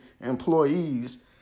employees